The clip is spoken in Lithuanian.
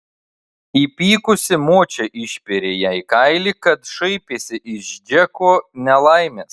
įpykusi močia išpėrė jai kailį kad šaipėsi iš džeko nelaimės